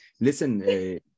listen